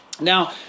now